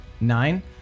nine